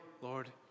Lord